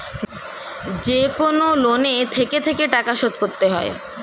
যেকনো লোনে থেকে থেকে টাকা শোধ করতে হয়